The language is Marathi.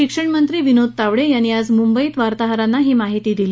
शिक्षणमंत्री विनोद तावडे यांनी आज मुंबईत वार्ताहरांना ही माहिती दिली